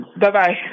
Bye-bye